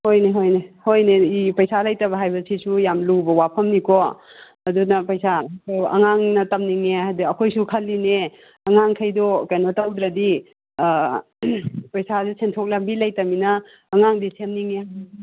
ꯍꯣꯏꯅꯦ ꯍꯣꯏꯅꯦ ꯍꯣꯏꯅꯦ ꯄꯩꯁꯥ ꯂꯩꯇꯕ ꯍꯥꯏꯕꯁꯤꯁꯨ ꯌꯥꯝ ꯂꯨꯕ ꯋꯥꯐꯝꯅꯤꯀꯣ ꯑꯗꯨꯅ ꯄꯩꯁꯥꯗꯣ ꯑꯉꯥꯡꯅ ꯇꯝꯅꯤꯡꯉꯦ ꯍꯥꯏꯗꯤ ꯑꯩꯈꯣꯏꯁꯨ ꯈꯜꯂꯤꯅꯦ ꯑꯉꯥꯡꯈꯩꯗꯣ ꯀꯩꯅꯣ ꯇꯧꯗ꯭ꯔꯗꯤ ꯄꯩꯁꯥꯁꯦ ꯁꯦꯟꯊꯣꯛ ꯂꯝꯕꯤ ꯂꯩꯇꯃꯤꯅ ꯑꯉꯥꯡꯗꯤ ꯁꯦꯝꯅꯤꯡꯉꯦ